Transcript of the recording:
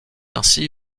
ainsi